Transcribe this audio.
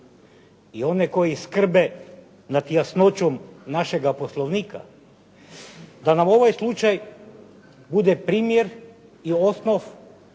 i one koji skrbe nad jasnoćom našega Poslovnika, da nam ovaj slučaj bude primjer i osnov